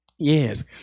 Yes